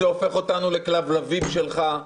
זה הופך אותנו לכלבלבים שלך.